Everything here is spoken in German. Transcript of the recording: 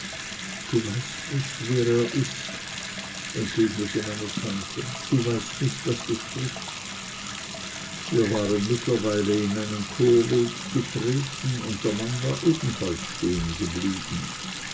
du weißt nicht wer er ist entgegnete meine tante du weißt nicht was du sprichst wir waren mittlerweile in einen torweg getreten und der mann war ebenfalls stehen geblieben